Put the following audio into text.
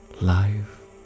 life